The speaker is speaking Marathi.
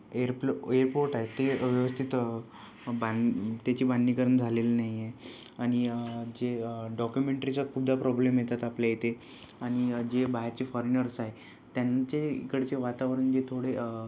एयरप्ल एयरपोर्ट आहे ते व्यवस्थित बांध त्याची बांधणीकरण झालेलं नाही आहे आणि जे डॉक्युमेंटरीचं खूपदा प्रॉब्लेम येतात आपल्या इथे आणि जे बाहेरचे फॉरेनर्स आहे त्यांचे इकडचे वातावरण जे थोडे